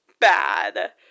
bad